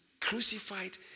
crucified